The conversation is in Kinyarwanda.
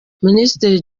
minisitiri